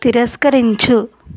తిరస్కరించు